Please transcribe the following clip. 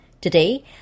Today